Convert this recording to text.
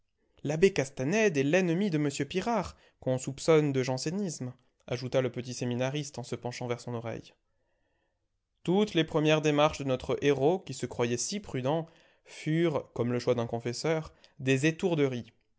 l'abbé castanède est l'ennemi de m pirard qu'on soupçonne de jansénisme ajouta le petit séminariste en se penchant vers son oreille toutes les premières démarches de notre héros qui se croyait si prudent furent comme le choix d'un confesseur des étourderies